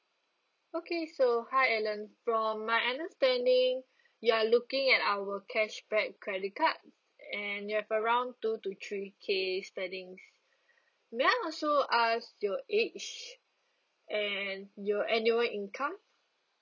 okay so hi alan from my understanding you are looking at our cashback credit card and you have around two to three K spendings may I also ask your age and your annual income